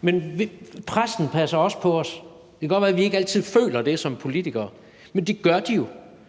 men pressen passer også på os. Det kan godt være, at vi ikke altid føler det som politikere, men det gør de jo.